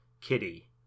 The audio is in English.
kitty